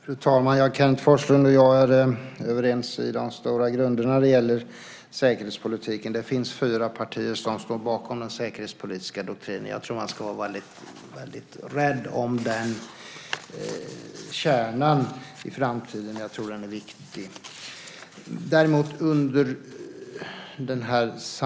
Fru talman! Kenneth Forslund och jag är överens om de stora grunderna i säkerhetspolitiken. Det finns fyra partier som står bakom den säkerhetspolitiska doktrinen. Jag tror att man ska vara väldigt rädd om kärnan i den i framtiden. Jag tror att det är viktigt.